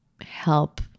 help